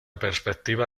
perspectiva